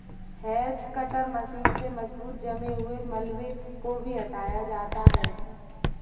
hedge cutter machine से मजबूत जमे हुए मलबे को भी हटाया जाता है